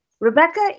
Rebecca